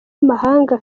amahanga